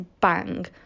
bang